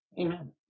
Amen